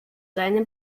seine